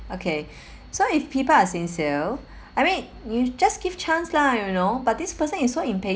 okay so if people are sincere I mean you just give chance lah you know but this person is so impatient